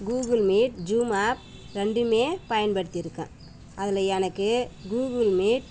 Google meet zoom app ரெண்டுமே பயன்படுத்தியிருக்கேன் அதில் எனக்கு கூகுள் மீட்